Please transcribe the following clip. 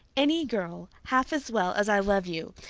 any girl. half as well as i love you.